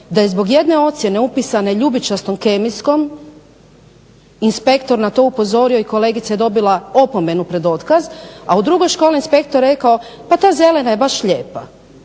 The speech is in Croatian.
da je zbog jedne ocjene upisane ljubičastom kemijskom inspektor na to upozorio i kolegica je dobila opomenu pred otkaz, a u drugoj školi inspektor je rekao pa ta zelena je baš lijepa.